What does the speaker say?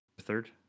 third